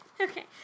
Okay